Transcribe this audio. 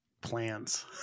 Plans